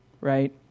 right